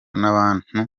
n’abantu